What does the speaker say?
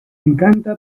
encanta